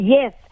Yes